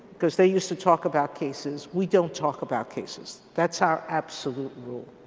cause they used to talk about cases we don't talk about cases that's our absolute rule.